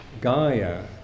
Gaia